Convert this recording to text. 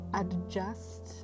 adjust